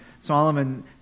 Solomon